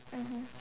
mmhmm